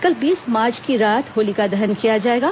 कल बीस मार्च की रात होलिका दहन किया जाएगा